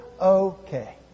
okay